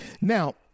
Now